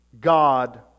God